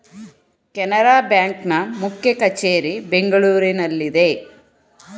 Canara bank ನ ಮುಖ್ಯ ಕಚೇರಿ ಬೆಂಗಳೂರಿನಲ್ಲಿದೆ